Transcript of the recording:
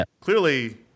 clearly